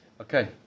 Okay